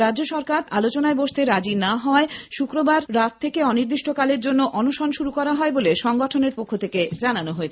রাজ্য সরকার তাঁদের সঙ্গে আলোচনায় বসতে রাজী না হওয়ায় শুক্রবার রাত থেকে অনির্দিষ্টকালের জন্য অনশন শুরু করা হয় বলে সংগঠনের পক্ষ থেকে জানানো হয়েছে